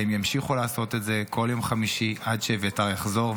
והם ימשיכו לעשות את זה בכל יום חמישי עד שאביתר יחזור.